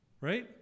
Right